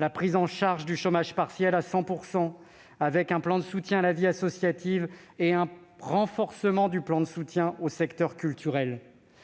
la prise en charge du chômage partiel à 100 %, un plan de soutien à la vie associative et un renforcement du plan de soutien au secteur culturel.